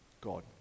God